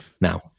now